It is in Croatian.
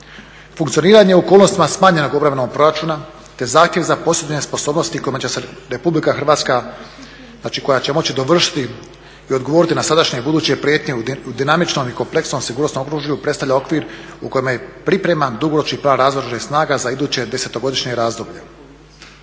Funkcioniranje u okolnostima smanjenog obrambenog proračuna te zahtjev za posebne sposobnosti kojima će se RH, znači koja će moći dovršiti i odgovoriti na sadašnje i buduće prijetnje u dinamičnom i kompleksnom sigurnosnom okružju predstavlja okvir u kojima je pripreman dugoročni plan Oružanih snaga za iduće desetogodišnje razdoblje.